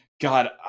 God